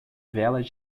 velas